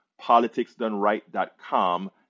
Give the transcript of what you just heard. politicsdoneright.com